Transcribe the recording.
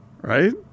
Right